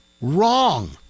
wrong